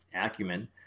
acumen